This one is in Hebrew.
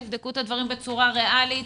תבדקו את הדברים בצורה ריאלית,